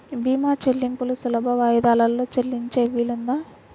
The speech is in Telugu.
భీమా చెల్లింపులు సులభ వాయిదాలలో చెల్లించే వీలుందా?